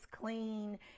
clean